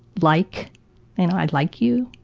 like and i like you,